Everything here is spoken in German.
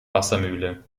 wassermühle